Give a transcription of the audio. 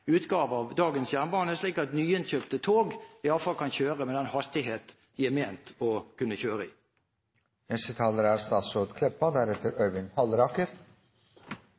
utgave av dagens jernbane, slik at nyinnkjøpte tog i hvert fall kan kjøre i den hastigheten de er ment å kunne kjøre.